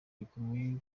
rikomeje